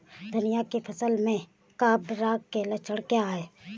धनिया की फसल में कवक रोग के लक्षण क्या है?